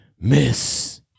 miss